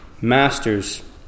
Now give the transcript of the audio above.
Masters